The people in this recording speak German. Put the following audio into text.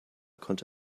konnte